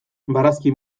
barazki